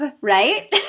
right